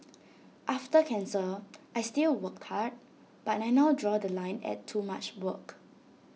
after cancer I still work hard but I now draw The Line at too much work